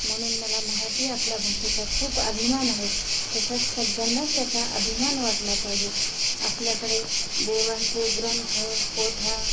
म्हणून मला मराठी आपल्या भाषेचा खूप अभिमान आहे तसंच सगळ्यांनाच त्याचा अभिमान वाटला पाहिजे आपल्याकडे देवांचे ग्रंथ पोथ्या